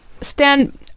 Stan